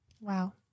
Wow